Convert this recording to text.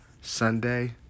Sunday